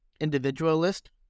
individualist